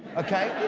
okay,